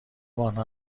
آنها